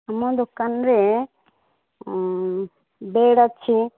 ଆମ ଦୋକାନରେ ବେଡ଼୍ ଅଛି